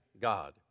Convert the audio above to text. God